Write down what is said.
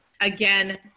Again